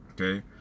okay